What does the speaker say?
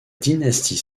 dynastie